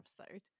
episode